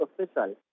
official